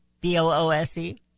B-O-O-S-E